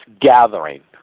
gathering